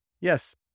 Yes